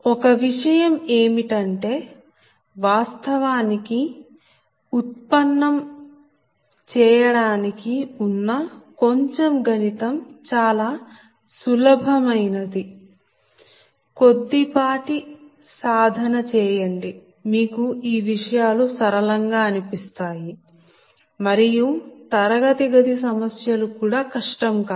ఒక విషయం ఏమిటంటే వాస్తవానికి ఉత్పన్నం చేయడానికి ఉన్న కొంచెం గణితం చాలా సులభమైనది కొద్దిపాటి సాధన చేయండి మీకు ఈ విషయాలు సరళంగా అనిపిస్తాయి మరియు తరగతి గది సమస్య లు కూడా కష్టం కాదు